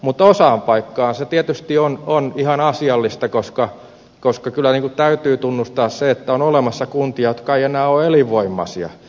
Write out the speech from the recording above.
mutta osaan paikoista se tietysti on ihan asiallista koska kyllä täytyy tunnustaa se että on olemassa kuntia jotka eivät enää ole elinvoimaisia